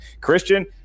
Christian